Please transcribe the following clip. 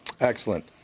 Excellent